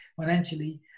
financially